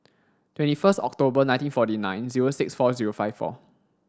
twenty first October nineteen forty nine zero six four zero five four